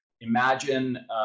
imagine